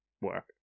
work